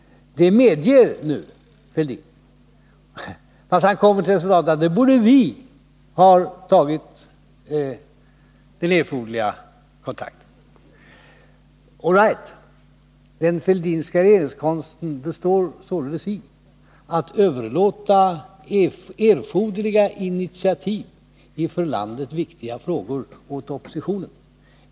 Det medger nu Thorbjörn Fälldin, fast han kommer till resultatet att vi borde ha tagit den erforderliga kontakten. All right, den Fälldinska regeringskonsten består således i att överlåta erforderliga initiativ i för landet viktiga frågor åt oppositionen.